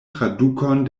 tradukon